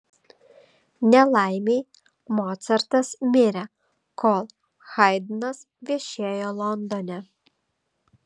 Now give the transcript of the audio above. nelaimei mocartas mirė kol haidnas viešėjo londone